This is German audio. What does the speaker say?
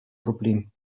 problem